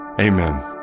Amen